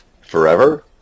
Forever